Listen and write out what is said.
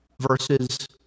versus